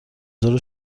ظهر